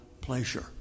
pleasure